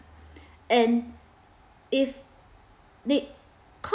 and if did